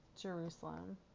Jerusalem